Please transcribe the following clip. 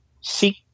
seek